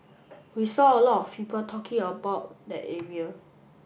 we saw a lot people talking about that area